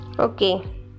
okay